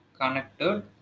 connected